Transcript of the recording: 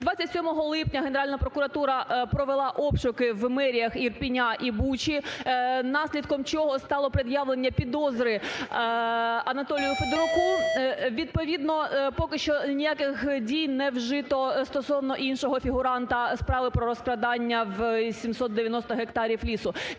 27 липня Генеральна прокуратура провела обшуки в меріях Ірпеня і Бучі, наслідком чого стало пред'явлення підозри Анатолію Федоруку. Відповідно поки що ніяких дій не вжито стосовно іншого фігуранта справи про розкрадання в 790 гектарів лісу.